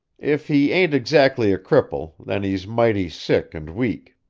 if he ain't exactly a cripple, then he's mighty sick and weak.